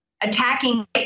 attacking